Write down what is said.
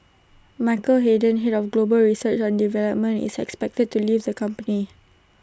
Michael Hayden Head of global research and development is expected to leave the company